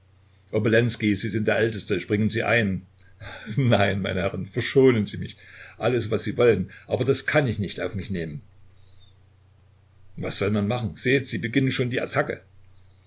sie sind der älteste springen sie ein nein meine herren verschonen sie mich alles was sie wollen aber das kann ich nicht auf mich nehmen was soll man machen seht sie beginnen schon die